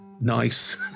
nice